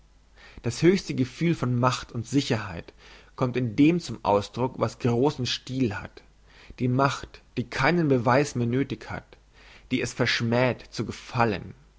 das höchste gefühl von macht und sicherheit kommt in dem zum ausdruck was grossen stil hat die macht die keinen beweis mehr nöthig hat die es verschmäht zu gefallen